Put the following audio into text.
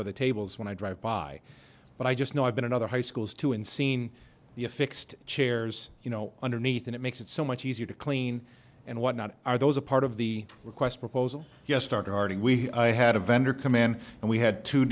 of the tables when i drive by but i just know i've been another high schools too and seen the affixed chairs you know underneath and it makes it so much easier to clean and whatnot are those a part of the request proposal yes starting we had a vendor come in and we had to